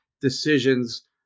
decisions